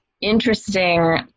interesting